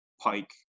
pike